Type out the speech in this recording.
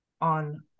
on